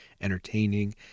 entertaining